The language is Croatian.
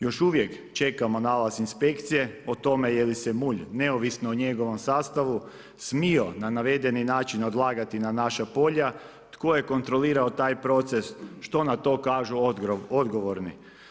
Još uvijek čekamo nalaz inspekcije, o tome, je li se mulj, neovisno o njegovom sastavu, smio na navedeni način odlagati na naša polja, tko je kontrolirao taj proces, što na to kažu odgovorni.